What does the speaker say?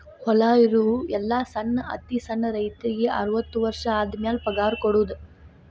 ಹೊಲಾ ಇರು ಎಲ್ಲಾ ಸಣ್ಣ ಅತಿ ಸಣ್ಣ ರೈತರಿಗೆ ಅರ್ವತ್ತು ವರ್ಷ ಆದಮ್ಯಾಲ ಪಗಾರ ಕೊಡುದ